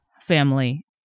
family